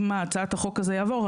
אם הצעת החוק הזו תעבור,